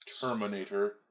Terminator